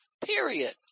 period